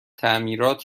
تعمیرات